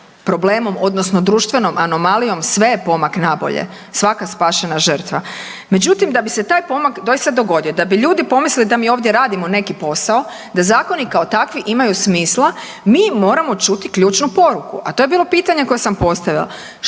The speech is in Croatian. odnosno društvenom anomalijom sve je pomak na bolje, svaka spašena žrtva. Međutim, da bi se taj pomak doista dogodio, da bi ljudi pomislili da mi ovdje radimo neki posao, da zakoni kao takvi imaju smisla mi moramo čuti ključnu poruku, a to je bilo pitanje koje sam postavila.